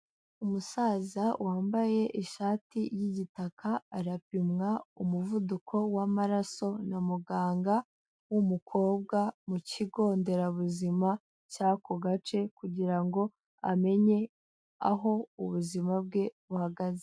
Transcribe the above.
Umusaza wambaye ishati y'igitaka arapimwa umuvuduko w'amaraso na muganga, w'umukobwa mu kigo nderabuzima cy'ako gace kugira ngo amenye aho ubuzima bwe buhagaze.